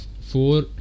four